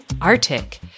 Arctic